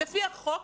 לפי החוק,